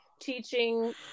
teaching